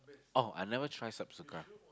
oh I never try Subsuka